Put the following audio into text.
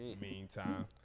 Meantime